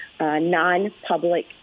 non-public